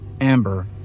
Amber